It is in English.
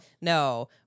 No